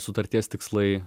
sutarties tikslai